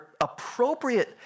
appropriate